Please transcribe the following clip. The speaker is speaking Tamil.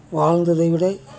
வாழ்ந்ததை விட